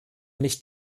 nicht